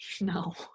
no